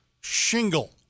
shingle